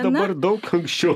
dabar daug anksčiau